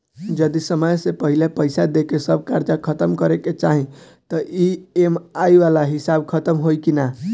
जदी समय से पहिले पईसा देके सब कर्जा खतम करे के चाही त ई.एम.आई वाला हिसाब खतम होइकी ना?